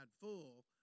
full